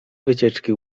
wycieczki